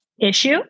issue